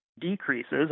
decreases